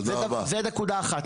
זה נקודה אחת.